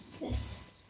Yes